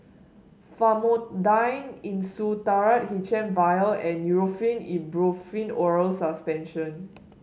Famotidine Insulatard H M vial and Nurofen Ibuprofen Oral Suspension